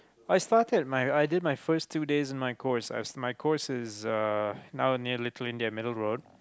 I started my i did my first two days in my course as my course is uh now near Little India middle road